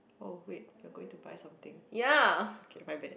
oh wait we're going to buy something okay my bad